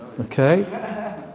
Okay